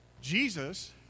Jesus